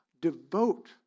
devote